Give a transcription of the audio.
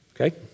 okay